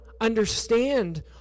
understand